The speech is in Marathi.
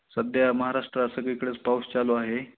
सध्या महाराष्ट्रात सगळीकडेच पाऊस चालू आहे